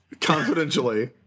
Confidentially